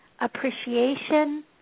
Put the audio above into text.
appreciation